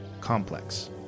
complex